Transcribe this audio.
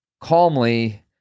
calmly